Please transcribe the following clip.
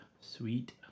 Sweet